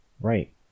Right